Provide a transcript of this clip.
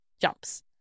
jumps